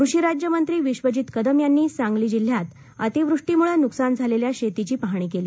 कृषी राज्यमंत्री विधजीत कदम यांनी सांगली जिल्ह्यात अतिवृष्टीमुळे नुकसान झालेल्या शेतीची पाहणी केली